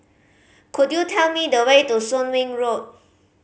could you tell me the way to Soon Wing Road